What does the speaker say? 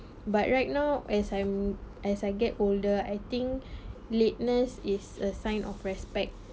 but right now as I'm as I get older I think lateness is a sign of respect